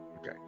Okay